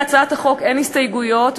להצעת החוק אין הסתייגויות,